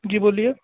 जी बोलिए